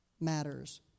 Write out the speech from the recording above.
matters